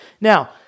Now